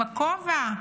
עם הכובע,